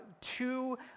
two